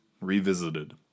Revisited